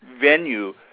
venue